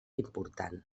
important